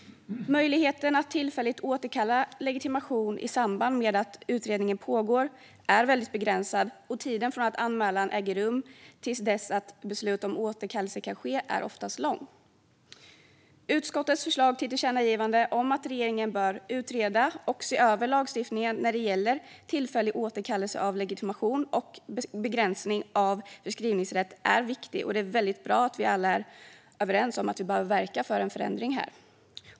Möjligheten att tillfälligt återkalla legitimation i samband med att utredningen pågår är väldigt begränsad, och tiden från att anmälan äger rum till dess att beslut om återkallelse kan ske är oftast lång. Utskottets förslag till tillkännagivande om att regeringen bör utreda och se över lagstiftningen när det gäller tillfällig återkallelse av legitimation och begränsning av förskrivningsrätt är viktigt. Det är väldigt bra att vi alla är överens om att vi behöver verka för en förändring här.